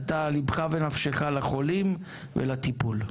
אתה ליבך ונפשך לחולים ולטיפול.